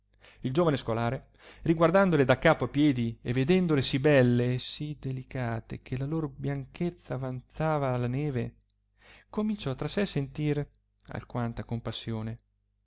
il giovane scolare riguardandole da capo a piedi e vedendole sì belle e sì delicate che la lor bianchezza avanzava la neve cominciò tra sé sentire alquanta compassione